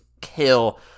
kill